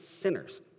sinners